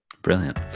Brilliant